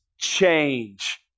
change